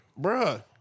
Bruh